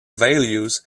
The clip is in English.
values